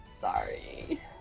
Sorry